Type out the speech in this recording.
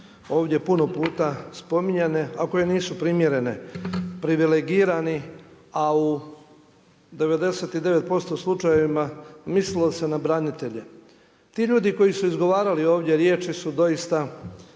ovdje puno puta spominjane a koje nisu primjerene, privilegirani, a u 99% slučajevima, mislilo se na branitelje. Ti ljudi koji su izgovarali ovdje riječi su dosita